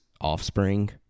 offspring